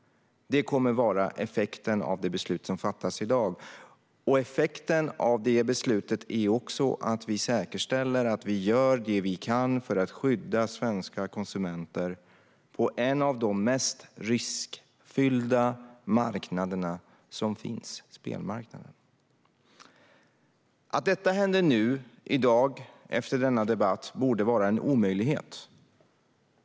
Det kommer att vara effekten av det beslut som fattas i dag. Effekten av beslutet är också att vi säkerställer att vi gör det vi kan för att skydda svenska konsumenter på en av de mest riskfyllda marknader som finns, nämligen spelmarknaden. Att detta händer i dag, efter denna debatt, borde vara en omöjlighet.